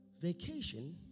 vacation